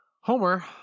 Homer